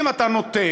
אם אתה נותן,